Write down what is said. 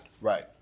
Right